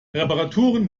reparaturen